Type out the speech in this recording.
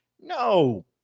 No